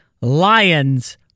Lions